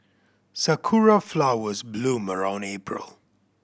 sakura flowers bloom around April